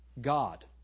God